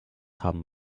haben